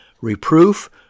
reproof